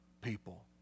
people